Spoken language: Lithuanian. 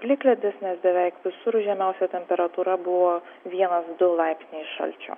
plikledis nes beveik visur žemiausia temperatūra buvo vienas du laipsniai šalčio